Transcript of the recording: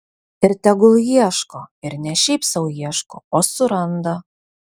ir tegul ieško ir ne šiaip sau ieško o suranda